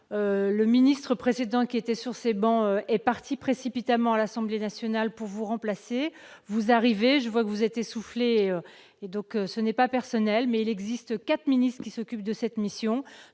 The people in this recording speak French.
le ministre précédent qui était sur ces bancs, est partie précipitamment à l'Assemblée nationale pour vous remplacer, vous arrivez, je vois que vous êtes essoufflé et donc ce n'est pas personnel, mais il existe 4 ministres qui s'occupe de cette mission,